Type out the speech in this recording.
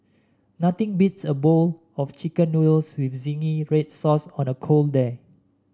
nothing beats a bowl of chicken noodles with zingy red sauce on a cold day